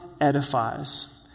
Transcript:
edifies